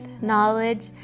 knowledge